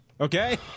okay